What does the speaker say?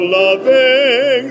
loving